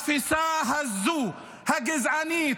התפיסה הזאת, הגזענית,